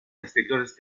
exteriores